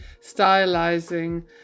stylizing